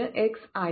01sin 50t 3